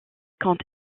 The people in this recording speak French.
compte